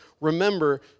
remember